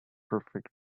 perfect